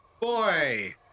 boy